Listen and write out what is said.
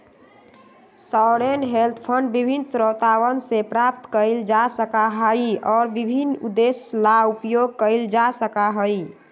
sovereign wealth fund विभिन्न स्रोतवन से प्राप्त कइल जा सका हई और विभिन्न उद्देश्य ला उपयोग कइल जा सका हई